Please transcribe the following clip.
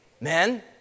men